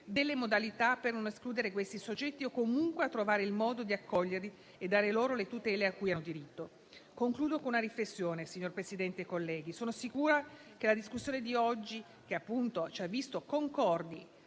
delle modalità per non escludere questi soggetti o comunque a trovare il modo di accoglierli e dare loro le tutele cui hanno diritto. Concludo, signor Presidente e colleghi, con una riflessione. Sono sicura che la discussione di oggi, che ci ha visto concordi